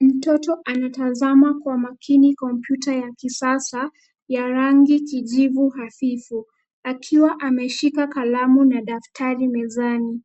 Mtoto anatazama kwa makini kompyuta ya kisasa ya rangi kijivu hafifu akiwa ameshika kalamu na daftari mezani.